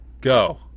Go